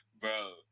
bro